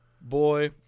boy